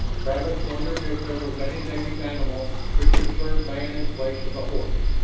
travis wondered if there was any native animal which could serve man in place of the horse.